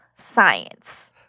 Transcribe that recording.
science